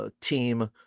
team